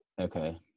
Okay